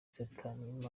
satani